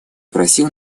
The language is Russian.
просил